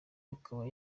akaba